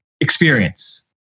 experience